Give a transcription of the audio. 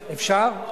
אני אעצור פה.